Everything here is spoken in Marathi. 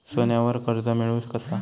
सोन्यावर कर्ज मिळवू कसा?